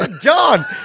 john